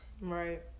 Right